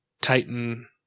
Titan